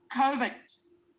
COVID